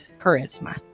charisma